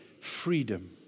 freedom